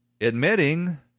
admitting